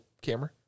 camera